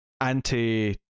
anti-